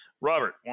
Robert